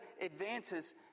advances